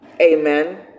Amen